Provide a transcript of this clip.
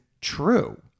true